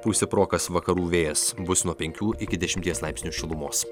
pūs stiprokas vakarų vėjas bus nuo penkių iki dešimties laipsnių šilumos